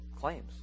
claims